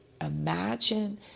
imagine